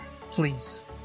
please